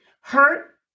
hurt